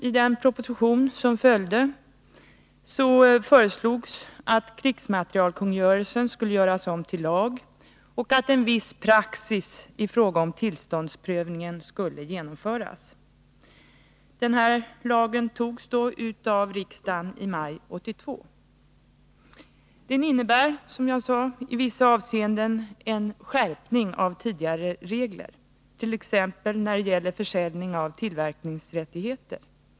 I den proposition som detta arbete resulterade i föreslogs att krigsmaterielkungörelsen skulle göras om till lag och att en viss skärpning av praxis i fråga om tillståndsprövningen skulle genomföras. Propositionen antogs av riksdagen i maj 1982. Den nya lagen innebär en skärpning av tidigare regler, t.ex. när det gäller försäljning av tillverkningsrättigheter.